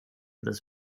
this